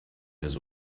his